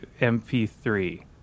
MP3